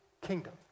kingdom